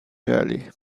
jelly